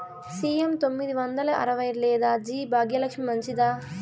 CM తొమ్మిది వందల అరవై లేదా జి భాగ్యలక్ష్మి మంచిదా?